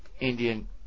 Indian